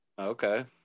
okay